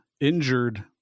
injured